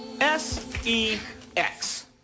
S-E-X